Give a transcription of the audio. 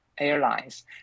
airlines